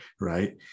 Right